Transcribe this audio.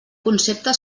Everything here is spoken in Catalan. concepte